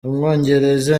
umwongereza